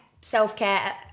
self-care